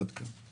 עד כאן.